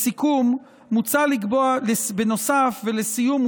בנוסף ולסיום,